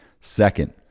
Second